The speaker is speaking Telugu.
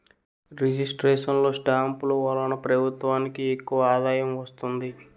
రిజిస్ట్రేషన్ లో స్టాంపులు వలన ప్రభుత్వానికి ఎక్కువ ఆదాయం వస్తుంది